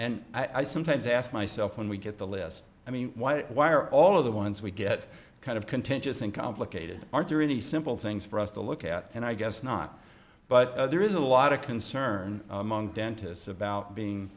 and i sometimes ask myself when we get the list i mean why why are all of the ones we get kind of contentious and complicated aren't there any simple things for us to look at and i guess not but there is a lot of concern among dentists about being